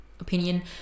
opinion